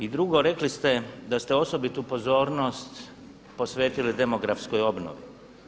I drugo, rekli ste da ste osobitu pozornost posvetili demografskoj obnovi.